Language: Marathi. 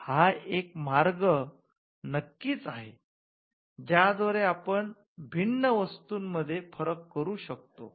हा एक मार्ग नक्कीच आहे ज्याद्वारे आपण भिन्न वस्तूंमध्ये फरक करू शकतो